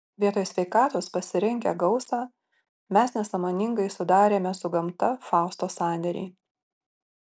vietoj sveikatos pasirinkę gausą mes nesąmoningai sudarėme su gamta fausto sandėrį